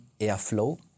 airflow